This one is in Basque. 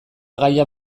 gaia